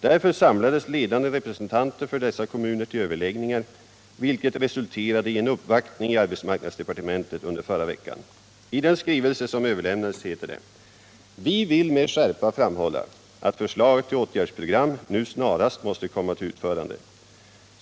Därför samlades ledande representanter för dessa kommuner till överläggningar, vilket resulterade i en uppvaktning i arbetsmarknadsdepartementet under förra veckan. I den skrivelse som överlämnades heter det: ”Vi vill med skärpa framhålla att förslaget till åtgärdsprogram nu snarast måste komma till utförande.